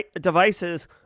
devices